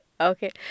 Okay